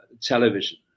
television